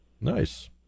Nice